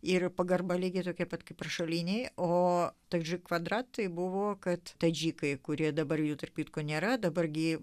ir pagarba lygiai tokia pat kaip rašalinėje o tadžik kvadrat tai buvo kad tadžikai kurie dabar jų tapyti ko nėra dabar gi